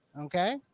Okay